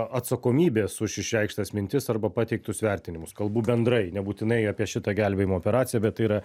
atsakomybės už išreikštas mintis arba pateiktus vertinimus kalbu bendrai nebūtinai apie šitą gelbėjimo operaciją bet tai yra